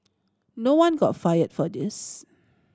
no one got fired for this